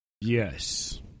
Yes